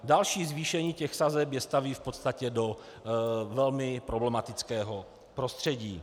Další zvýšení sazeb je staví v podstatě do velmi problematického prostředí.